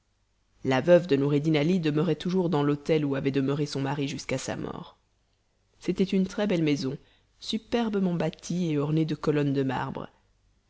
la veuve de noureddin ali demeurait toujours dans l'hôtel où avait demeuré son mari jusqu'à sa mort c'était une très-belle maison superbement bâtie et ornée de colonnes de marbre